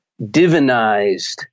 divinized